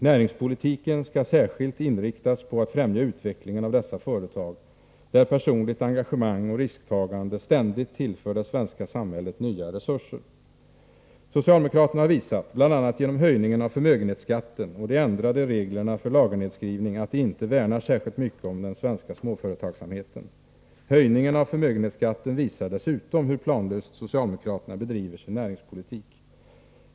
Näringspolitiken skall särskilt inriktas på att främja utvecklingen av dessa företag, där personligt engagemang och risktagande ständigt tillför det svenska samhället nya resurser. Socialdemokraterna har visat, bl.a. genom höjningen av förmögenhetsskatten och de ändrade reglerna för lagernedskrivning, att de inte värnar särskilt mycket om den svenska småföretagsamheten. Höjningen av förmögenhetsskatten visar dessutom hur planlöst socialdemokraterna bedriver sin näringspolitik.